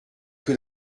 tout